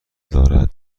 دارد